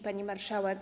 Pani Marszałek!